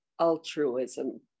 altruism